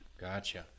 Gotcha